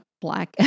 black